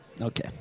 Okay